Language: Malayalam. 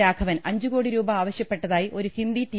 രാഘവൻ അഞ്ചു കോടിരൂപ ആവശ്യപ്പെട്ടതായി ഒരു ഹന്ദി ടി